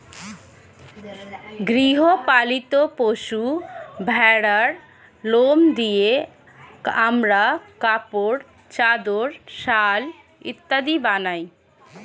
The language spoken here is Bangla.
গৃহ পালিত পশু ভেড়ার লোম দিয়ে আমরা কাপড়, চাদর, শাল ইত্যাদি বানাই